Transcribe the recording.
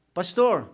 pastor